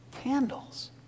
candles